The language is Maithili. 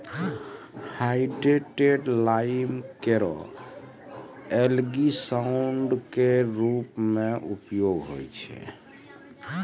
हाइड्रेटेड लाइम केरो एलगीसाइड क रूप म उपयोग होय छै